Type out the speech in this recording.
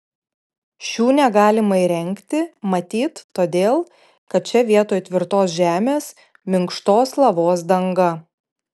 šių negalima įrengti matyt todėl kad čia vietoj tvirtos žemės minkštos lavos danga